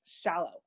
shallow